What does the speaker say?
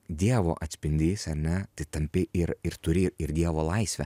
dievo atspindys ar ne tai tampi ir ir turi ir dievo laisvę